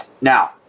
Now